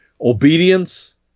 Obedience